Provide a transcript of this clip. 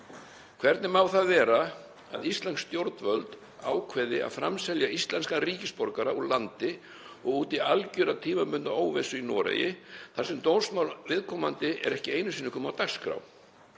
Hvernig má það vera að íslensk stjórnvöld ákveði að framselja íslenskan ríkisborgara úr landi og út í algera tímabundna óvissu í Noregi þar sem dómsmál viðkomandi er ekki einu sinni komið á dagskrá?